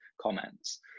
comments